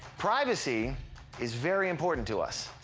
privacy is very important to us.